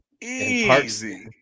easy